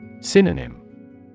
Synonym